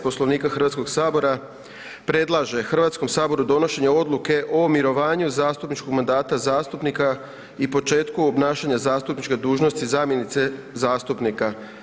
Poslovnika Hrvatskog sabora predlaže Hrvatskom saboru donošenje odluke o mirovanju zastupničkog mandata zastupnika i početku obnašanja zastupničke dužnosti zamjenice zastupnika.